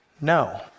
no